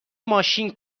ماشین